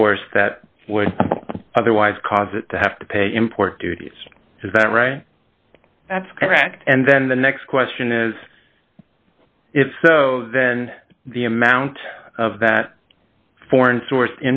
source that would otherwise cause it to have to pay import duties is that right that's correct and then the next question is if so then the amount of that foreign source